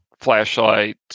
flashlight